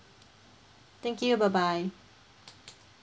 thank you bye bye